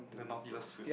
the nautilus suit